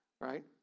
right